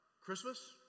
Christmas